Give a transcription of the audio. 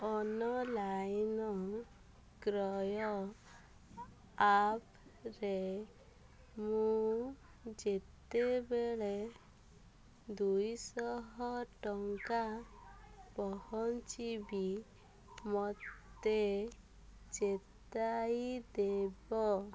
online କ୍ରୟ ଆପ୍ରେ ମୁଁ ଯେତେବେଳେ ଦୁଇ ଶହ ଟଙ୍କା ପହଞ୍ଚିବି ମୋତେ ଚେତାଇ ଦେବ